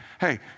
Hey